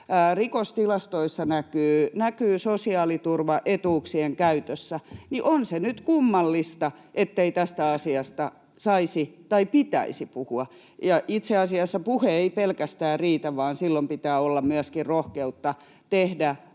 rikostilastoissa näkyy sosiaaliturvaetuuksien käyttäjät. On se nyt kummallista, ettei tästä asiasta saisi tai pitäisi puhua. Ja itse asiassa puhe ei pelkästään riitä, vaan silloin pitää olla myöskin rohkeutta tehdä